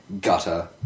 gutter